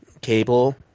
cable